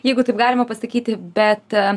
jeigu taip galima pasakyti bet